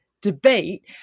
debate